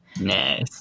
Nice